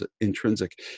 intrinsic